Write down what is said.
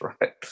right